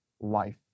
life